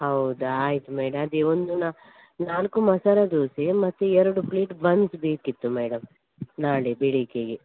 ಹೌದಾ ಆಯಿತು ಮೇಡಂ ಅದೆ ಒಂದು ನಾಲ್ಕು ಮಸಾಲ ದೋಸೆ ಮತ್ತು ಎರಡು ಪ್ಲೇಟ್ ಬನ್ಸ್ ಬೇಕಿತ್ತು ಮೇಡಮ್ ನಾಳೆ ಬೆಳಿಗ್ಗೆಗೆ